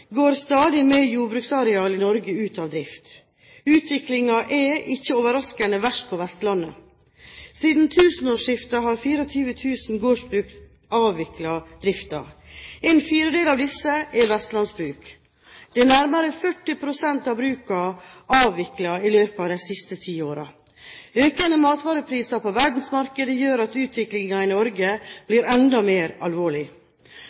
går stadig mer jordbruksareal i Norge ut av drift. Utviklingen er, ikke overraskende, verst på Vestlandet. Siden tusenårsskiftet har 24 000 gårdsbruk avviklet driften. En fjerdedel av disse er vestlandsbruk. Der er nærmere 40 pst. av brukene avviklet i løpet av de siste ti årene. Økende matvarepriser på verdensmarkedet gjør at utviklingen i Norge blir enda mer alvorlig.